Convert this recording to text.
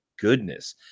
goodness